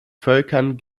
völkern